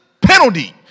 Penalty